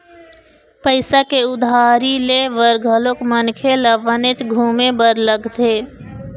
पइसा के उधारी ले बर घलोक मनखे ल बनेच घुमे बर लगथे